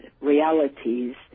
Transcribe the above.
realities